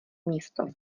místo